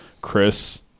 Chris